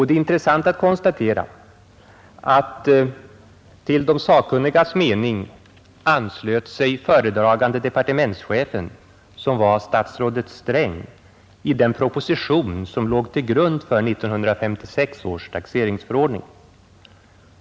Det är intressant att konstatera att till de sakkunnigas mening anslöt sig föredragande departementschefen, som var statsrådet Sträng, i den proposition som låg till grund för 1956 års taxeringsförordning.